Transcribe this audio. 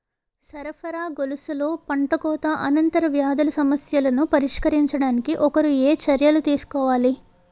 సరఫరా గొలుసులో పంటకోత అనంతర వ్యాధుల సమస్యలను పరిష్కరించడానికి ఒకరు ఏ చర్యలు తీసుకోవాలి?